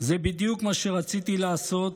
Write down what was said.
זה בדיוק מה שרציתי לעשות